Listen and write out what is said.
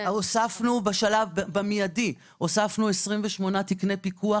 הוספנו במידי 28 תקני פיקוח.